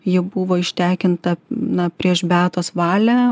ji buvo ištekinta na prieš beatos valią